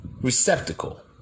Receptacle